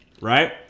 Right